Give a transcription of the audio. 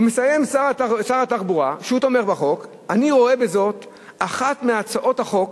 ומסיים שר התחבורה שתומך בחוק: אני רואה בה אחת מהצעות החוק